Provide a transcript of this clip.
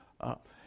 up